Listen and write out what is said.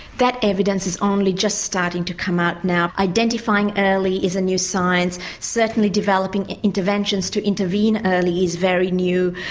that evidence is only just starting to come out now, identifying early is a new science certainly developing interventions to intervene early is very new.